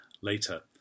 later